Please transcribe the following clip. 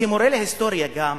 כמורה להיסטוריה גם,